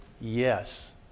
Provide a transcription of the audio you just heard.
yes